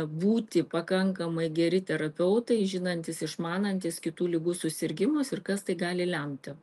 būti pakankamai geri terapeutai žinantys išmanantys kitų ligų susirgimus ir kas tai gali lemti